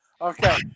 okay